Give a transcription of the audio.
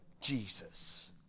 Jesus